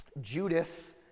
Judas